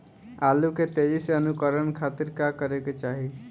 आलू के तेजी से अंकूरण खातीर का करे के चाही?